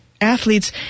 athletes